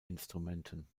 instrumenten